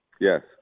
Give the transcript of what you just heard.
Yes